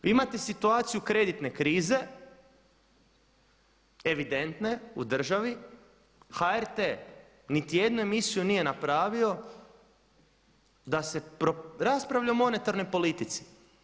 Vi imate situaciju kreditne krize, evidentne u državi, HRT niti jednu emisiju nije napravio da se raspravlja o monetarnoj politici.